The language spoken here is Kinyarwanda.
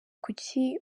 kuki